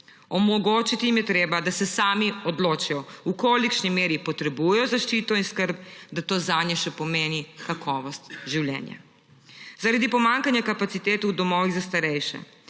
Omogočiti jim je treba, da se sami odločijo, v kolikšni meri potrebujejo zaščito in skrb, da to zanje še pomeni kakovost življenja. Zaradi pomanjkanja kapacitet v domovih za starejše,